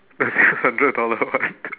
the six hundred dollar one